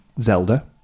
Zelda